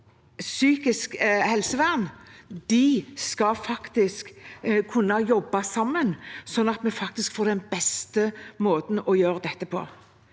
psykisk helsevern, skal faktisk kunne jobbe sammen, så vi faktisk får den beste måten å gjøre dette på.